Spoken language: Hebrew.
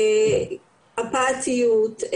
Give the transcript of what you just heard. אפתיות,